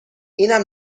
اینم